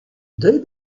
they